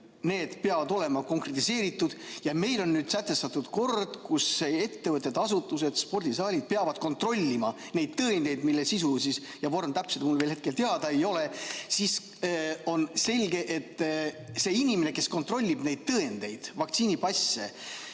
peavad olema konkretiseeritud ja meil on nüüd sätestatud kord, kus ettevõtted, asutused, spordisaalid peavad kontrollima neid tõendeid, mille sisu ja vorm täpselt mul veel hetkel teada ei ole. On selge, et see inimene, kes kontrollib neid tõendeid, vaktsiinipasse,